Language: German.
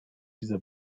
dieser